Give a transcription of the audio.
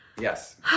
Yes